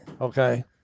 okay